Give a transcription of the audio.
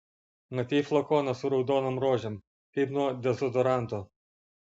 matei flakoną su raudonom rožėm kaip nuo dezodoranto